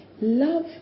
Love